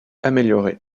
amélioré